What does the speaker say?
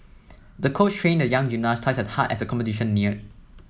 the coach trained the young gymnast twice as hard as the competition near